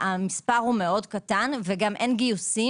המספר הוא מאוד קטן, גם אין גיוסים.